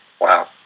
Wow